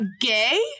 gay